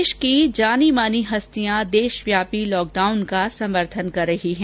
देश की जानी मानी हस्तियां देशव्यापी लॉकडाउन का समर्थन कर रही हैं